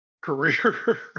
career